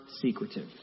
secretive